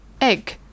Egg